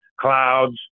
clouds